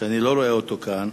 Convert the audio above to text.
שאני לא רואה אותו כאן.